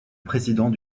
président